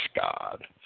God